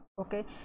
Okay